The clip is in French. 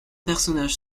personnage